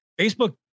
Facebook